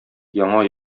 яңа